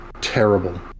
terrible